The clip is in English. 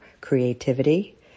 creativity